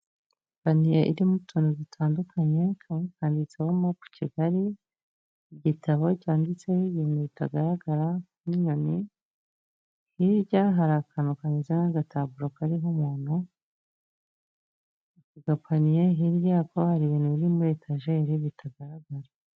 Paniye irimo utuntu dutandukanye, kamwe kanditseho muku kigali. Igitabo cyanditseho ibintu bitagaragara nk'inyoni, hirya hari akantu kameze nk'agataburo kariho umuntu. Agapaniye hirya yako hari ibintu biri muri etageri bitagaragara.